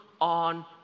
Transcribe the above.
on